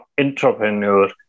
entrepreneur